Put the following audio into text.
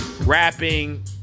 rapping